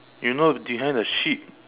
you know behind the sheep